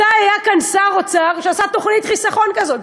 מתי היה כאן שר אוצר שעשה תוכנית חיסכון כזאת?